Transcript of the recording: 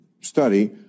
study